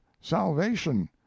salvation